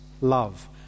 love